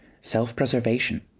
Self-preservation